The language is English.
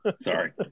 Sorry